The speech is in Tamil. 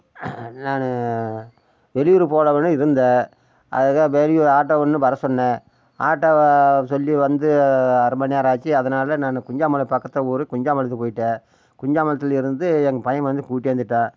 நான் வெளி ஊர் போகலாமேன்னு இருந்தேன் அதுக்காக வெளி ஊர் ஆட்டோ ஒன்று வர சொன்னேன் ஆட்டோவை சொல்லி வந்து அரமணிநேரம் ஆச்சு அதனால நான் குஞ்சாம்பாளையம் பக்கத்து ஊர் குஞ்சாம்பாளையத்துக்கு போய்விட்டேன் குஞ்சாம்பாளையத்திலேருந்து எங்கள் பையன் வந்து கூட்டியாந்துட்டான்